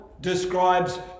describes